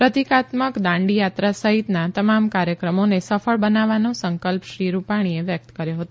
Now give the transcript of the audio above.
પ્રતિકાત્મક દાંડી યાત્રા સહિતના તમામ કાર્યક્રમો જે સફળ બનાવવાનો સંકલ્પ શ્રી રૂપાણીએ વ્યક્ત કર્યો હતો